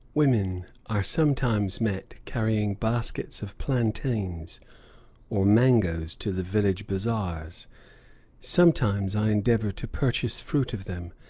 women are sometimes met carrying baskets of plantains or mangoes to the village bazaars sometimes i endeavor to purchase fruit of them,